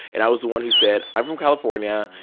and i was the one who said, i'm from california,